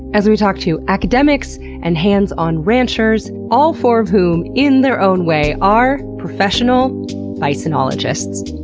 as we we talk to academics and hands-on ranchers all four of whom, in their own way, are professional bisonologists.